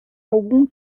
algum